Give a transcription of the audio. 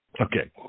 Okay